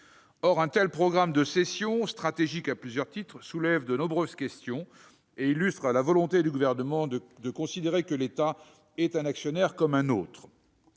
Un tel programme de cessions, stratégiques à plusieurs titres, soulève de nombreuses questions et démontre que le Gouvernement considère que l'État est un actionnaire comme un autre